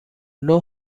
know